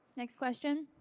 next question.